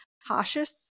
harshest